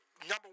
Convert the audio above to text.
number